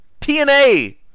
TNA